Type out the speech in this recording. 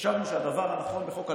חשבנו שהדבר הנכון בחוק הלאום,